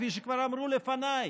כפי שכבר אמרו לפניי.